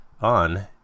on